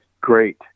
Great